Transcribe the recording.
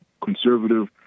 conservative